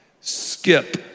Skip